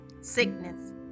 sickness